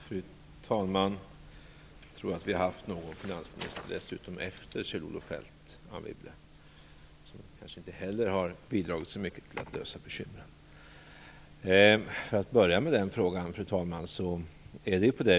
Fru talman! Jag tror att vi har haft en finansminister efter Kjell-Olof Feldt, Anne Wibble, som kanske inte heller bidragit till att lösa bekymren!